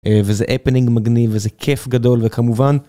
וזה הפנינג מגניב וזה כיף גדול וכמובן...